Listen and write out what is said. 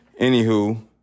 Anywho